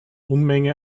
unmenge